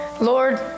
Lord